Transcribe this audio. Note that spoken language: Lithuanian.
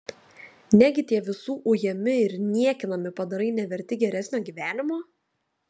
negi tie visų ujami ir niekinami padarai neverti geresnio gyvenimo